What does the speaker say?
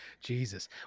jesus